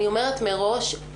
אני אומרת מראש,